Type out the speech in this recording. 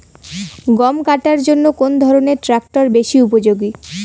গম কাটার জন্য কোন ধরণের ট্রাক্টর বেশি উপযোগী?